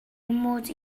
mod